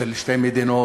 של שתי מדינות,